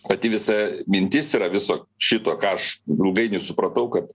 pati visa mintis yra viso šito ką aš ilgainiui supratau kad